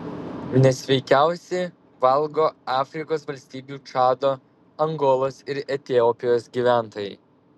nesveikiausiai valgo afrikos valstybių čado angolos ir etiopijos gyventojai